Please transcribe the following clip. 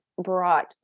brought